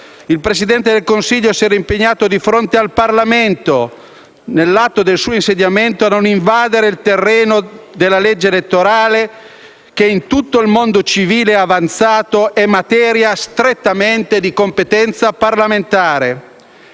Il Presidente del Consiglio si era impegnato di fronte al Parlamento, nell'atto del suo insediamento, a non invadere il terreno della legge elettorale che in tutto il mondo civile e avanzato è materia di competenza strettamente